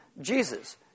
Jesus